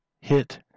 hit